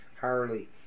Harley